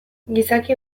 gizaki